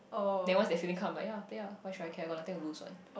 then once that feeling come I'm like ya play ah why should I care I got nothing lose what